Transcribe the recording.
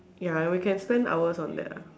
ya and we can spend hours on that ah